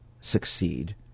succeed